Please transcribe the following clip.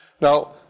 Now